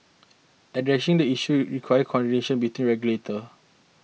addressing these issues requires coordination between regulators